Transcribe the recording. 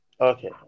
Okay